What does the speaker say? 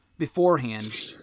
beforehand